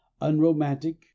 unromantic